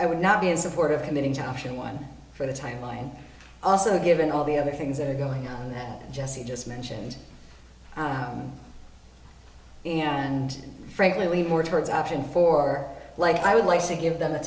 i would not be in support of committing to option one for the timeline also given all the other things that are going on that jesse just mentioned and frankly more towards option four like i would like to give them a